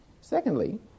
Secondly